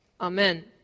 Amen